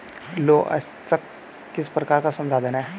लौह अयस्क किस प्रकार का संसाधन है?